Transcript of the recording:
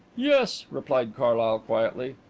yes, replied carlyle quietly.